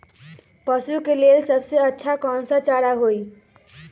पशु के लेल सबसे अच्छा कौन सा चारा होई?